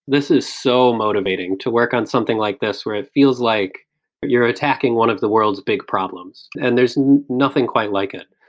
this is so motivating, to work on something like this, where it feels like you're attacking one of the world's big problems and there's nothing quite like it.